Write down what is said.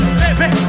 baby